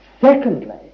Secondly